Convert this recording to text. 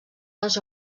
les